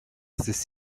this